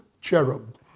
cherub